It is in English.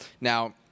Now